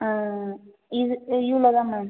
இது இவ்வளோ தான் மேம்